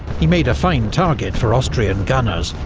he made a fine target for austrian gunners,